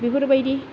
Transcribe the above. बेफोरबायदि